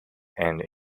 end